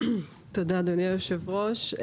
תודה אדוני היושב-ראש.